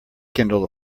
kindle